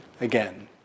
again